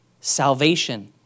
salvation